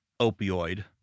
opioid